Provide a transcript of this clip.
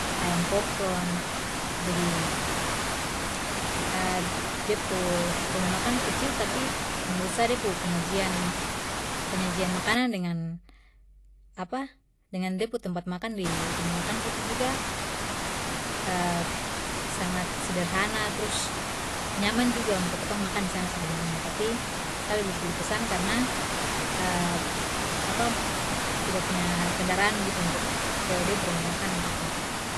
Ayam pop cron. Jadi de pu ruma makan kecil tapi menurut sa de pu penyajian- penyajian makanan dengan dengan de pu tempat makan di ruma makan situ juga sangat sederhana, trus nyaman juga untuk ketong makan disana sebenarnya, tapi sa lebih pili pesan karena tidak punya kendaraan begitu untuk ke de pu ruma makan begitu.